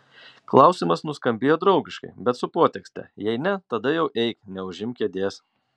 klausimas nuskambėjo draugiškai bet su potekste jei ne tada jau eik neužimk kėdės